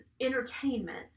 entertainment